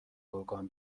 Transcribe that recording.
گرگان